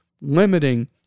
limiting